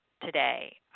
today